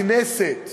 הכנסת